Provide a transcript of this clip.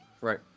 Right